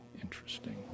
interesting